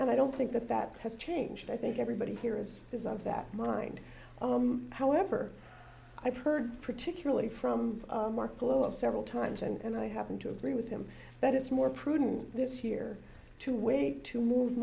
and i don't think that that has changed i think everybody here is because of that mind how for i've heard particularly from mark low of several times and i happen to agree with him that it's more prudent this year to wait to move